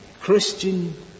Christian